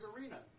arena